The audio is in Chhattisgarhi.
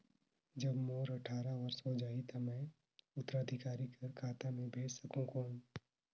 जब मोर अट्ठारह वर्ष हो जाहि ता मैं उत्तराधिकारी कर खाता मे भेज सकहुं कौन?